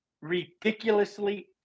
ridiculously